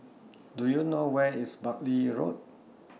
Do YOU know Where IS Bartley Road